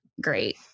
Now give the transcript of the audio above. great